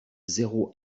zéro